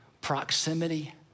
proximity